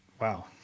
wow